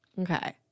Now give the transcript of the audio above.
Okay